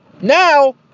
now